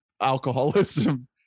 alcoholism